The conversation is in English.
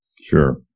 Sure